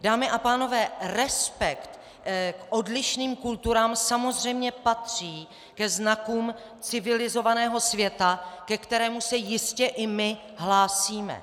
Dámy a pánové, respekt k odlišným kulturám samozřejmě patří ke znakům civilizovaného světa, ke kterému se jistě i my hlásíme.